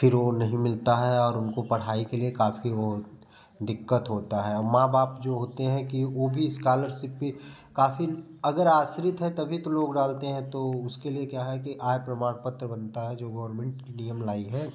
फिर वो नहीं मिलता है और उनको पढ़ाई के लिए काफ़ी वो दिक्कत होता है और माँ बाप जो होते हैं कि वो भी इस्कालरसिप पर काफ़ी अगर आश्रित हैं तभी तो लाेग डालते हैं तो उसके लिए क्या है कि आय प्रमाणपत्र बनता है जो गौरमेंट नियम लाई है